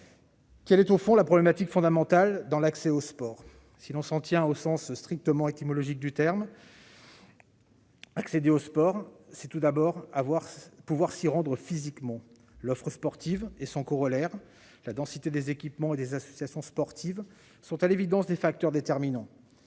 Quelle est au fond la problématique fondamentale dans l'accès au sport ? Si l'on s'en tient au sens strictement étymologique, l'accès au sport, c'est tout d'abord la possibilité de s'y rendre physiquement. L'offre sportive et son corollaire, la densité des équipements et des associations sportives, sont à l'évidence des facteurs déterminants.